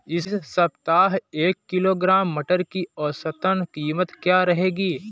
इस सप्ताह एक किलोग्राम मटर की औसतन कीमत क्या रहेगी?